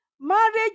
Marriage